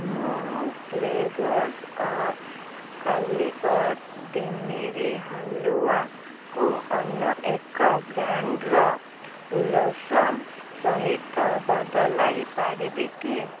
ମୁଁ flavours of Calicut ଡିମିରି ହାଲୁଆକୁ ଅନ୍ୟ ଏକ ବ୍ରାଣ୍ଡର ଲୋସନ୍ ସହିତ ବଦଳାଇ ପାରିବି କି